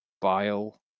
bile